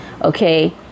okay